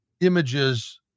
images